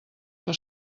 que